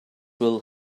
will